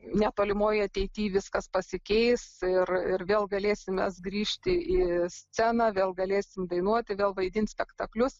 netolimoj ateity viskas pasikeis ir ir vėl galėsim mes grįžti į sceną vėl galėsim dainuoti vėl vaidint spektaklius